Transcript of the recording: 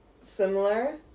similar